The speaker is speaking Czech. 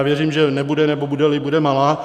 Věřím, že nebude, nebo budeli, bude malá.